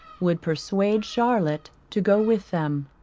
would persuade charlotte to go with them.